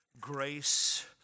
grace